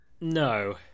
no